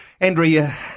Andrea